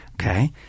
Okay